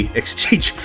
exchange